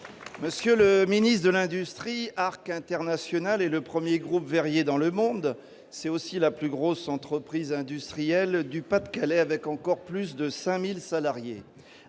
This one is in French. d'État chargé de l'industrie. Arc International est le premier groupe verrier du monde. C'est aussi la plus grosse entreprise industrielle du Pas-de-Calais, qui emploie encore plus de 5 000 salariés.